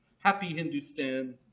happy hindustan.